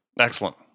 Excellent